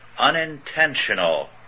unintentional